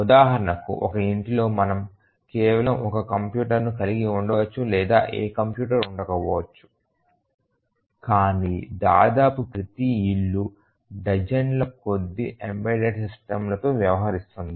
ఉదాహరణకు ఒక ఇంటిలో మనము కేవలం ఒక కంప్యూటర్ను కలిగి ఉండవచ్చు లేదా ఏ కంప్యూటర్ ఉండకపోవచ్చు కానీ దాదాపు ప్రతి ఇల్లు డజన్ల కొద్దీ ఎంబెడెడ్ సిస్టమ్లతో వ్యవహరిస్తుంది